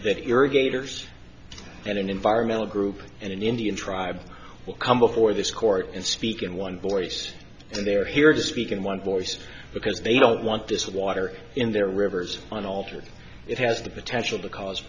that irrigators and an environmental group and an indian tribe will come before this court and speak in one voice and they're here to speak in one voice because they don't want this water in their rivers on alter it has the potential to cause